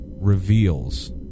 reveals